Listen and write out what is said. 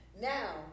now